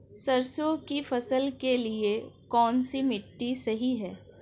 सरसों की फसल के लिए कौनसी मिट्टी सही हैं?